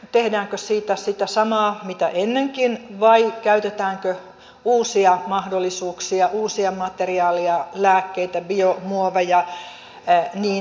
tehdäänkö siitä sitä samaa mitä ennenkin vai käytetäänkö uusia mahdollisuuksia uusia materiaaleja lääkkeitä biomuoveja ja niin edespäin